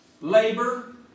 labor